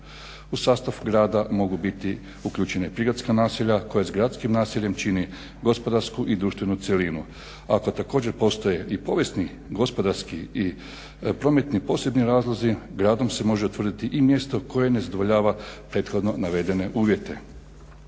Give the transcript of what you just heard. U sastav grada mogu biti uključena i prigradska naselja koja s gradskim naseljem čini gospodarsku i društvenu cjelinu. Ako također postoje i povijesni, gospodarski i prometni posebni razlozi gradom se može utvrditi i mjesto koje ne zadovoljava prethodno navedene uvjete.